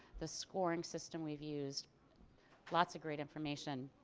the scoring system we've used lots of great information.